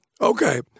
Okay